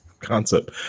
Concept